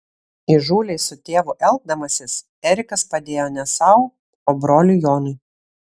įžūliai su tėvu elgdamasis erikas padėjo ne sau o broliui jonui